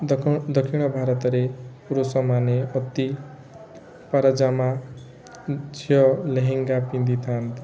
ଦକ୍ଷିଣ ଦକ୍ଷିଣ ଭାରତରେ ପୁରୁଷମାନେ ପତି ପରାଜାମା ଝିଅ ଲେହେଙ୍ଗା ପିନ୍ଧିଥାନ୍ତି